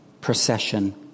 procession